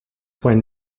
when